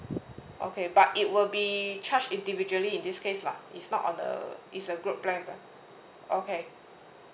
okay but it will be charge individually in this case lah it's not on uh it's a group plan but okay